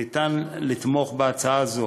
ניתן לתמוך בהצעה זו,